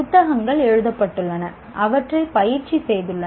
புத்தகங்கள் எழுதப்பட்டுள்ளன அவற்றைப் பயிற்சி செய்துள்ளனர்